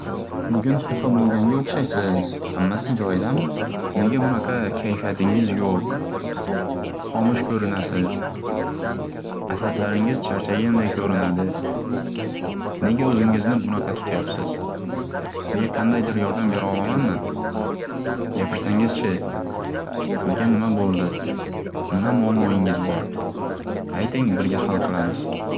Bugun hafa bo'lganga o'xshaysiz. Hammasi joyidami? Nega bunaqa kayfiyatingiz yoq? Homush ko'rinasiz. Asablaringiz charchaganday ko'rinadi. Nega o'zingizni bunaqa tutyabsiz? Sizga qandaydir yordam bera olamanmi? Gapirsangizchi! Sizga nima bo'ldi? Nima muammoyingiz bor? Ayting birga hal qilamiz